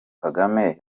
kagame